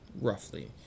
roughly